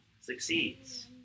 succeeds